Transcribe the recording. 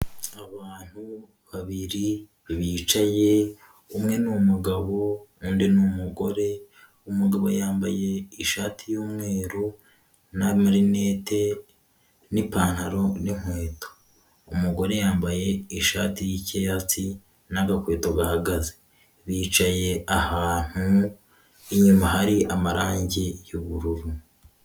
Abantu babiri bicaye umwe n'umugabo undi n'umugore umugabo yambaye ishati y'umweru na marinete n'ipantaro n'inkweto umugore yambaye ishati yicyatsi naagakweto bahagaze bicaye ahantu inyuma hari amarangi y'ubururu.